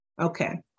Okay